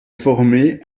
formé